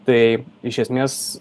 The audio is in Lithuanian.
tai iš esmės